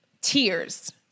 tears